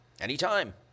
Anytime